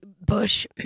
Bush